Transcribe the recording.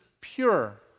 pure